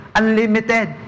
unlimited